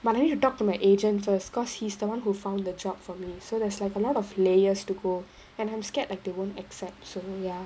but then I need to talk to my agent first cause he's the one who found the job for me so there's like a lot of layers to go and I'm scared like they won't accept so ya